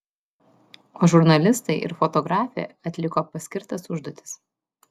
o žurnalistai ir fotografė atliko paskirtas užduotis